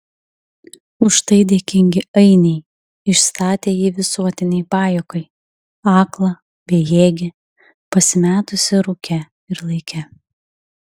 už tai dėkingi ainiai išstatė jį visuotinei pajuokai aklą bejėgį pasimetusį rūke ir laike